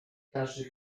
każdy